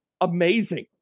amazing